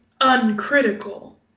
uncritical